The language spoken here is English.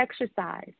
exercise